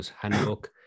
Handbook